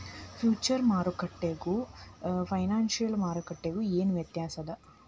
Future ಮಾರ್ಕೆಟಿಗೂ financial ಮಾರ್ಕೆಟಿಗೂ ಏನ್ ವ್ಯತ್ಯಾಸದ?